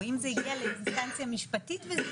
או אם זה הגיע לאינסטנציה משפטית וזה